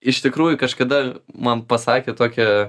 iš tikrųjų kažkada man pasakė tokią